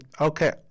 Okay